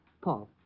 Paul